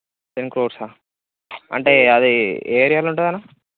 ten crores అంటే అది ఏ ఏరియాలో ఉంటుంది అన్న